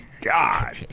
God